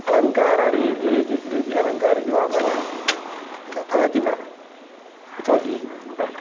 अलङ्कारः रितिः अलङ्कारः इति वामनः तदपि न यतो हि हा